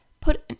put